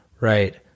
right